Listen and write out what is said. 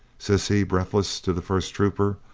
says he breathless to the first trooper,